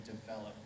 develop